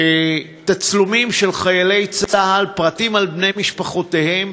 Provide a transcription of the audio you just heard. תצלומים של חיילי צה"ל, פרטים על בני משפחותיהם,